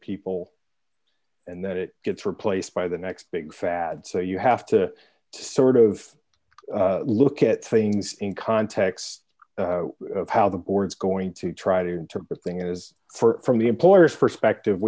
people and that it gets replaced by the next big fad so you have to sort of look at things in context of how the board's going to try to interpret thing is for the employer's perspective